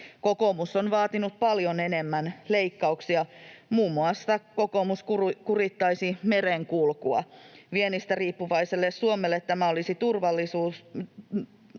Kokoomus on vaatinut paljon enemmän leikkauksia, kokoomus muun muassa kurittaisi merenkulkua. Viennistä riippuvaiselle Suomelle tämä olisi turmiollista,